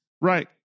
Right